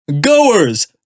Goers